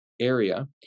area